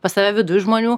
pas save viduj žmonių